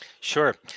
Sure